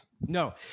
No